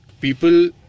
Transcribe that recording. People